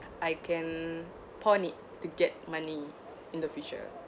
I can pawn it to get money in the future